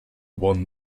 won